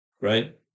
right